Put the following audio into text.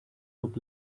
look